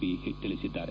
B ತಿಳಿಸಿದ್ದಾರೆ